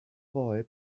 boy